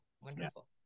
Wonderful